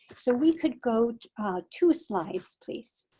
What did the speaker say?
so we could go two slides please.